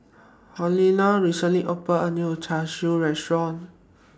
Helena recently opened A New Char Siu Restaurant